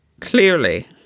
clearly